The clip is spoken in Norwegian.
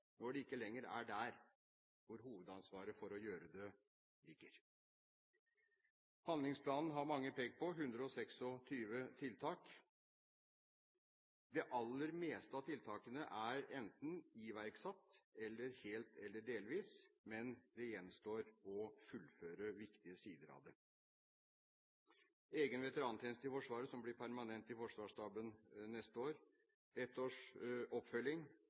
når de ikke lenger er der hvor hovedansvaret for å gjøre det ligger. Handlingsplanen har mange pekt på – 126 tiltak. Det aller meste av tiltakene er iverksatt, enten helt eller delvis, men det gjenstår å fullføre viktige sider av dem: egen veterantjeneste i Forsvaret som blir permanent i forsvarsstaben neste år ett års oppfølging